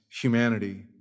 humanity